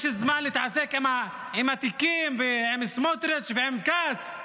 יש זמן להתעסק עם התיקים, עם סמוטריץ' ועם כץ.